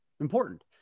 important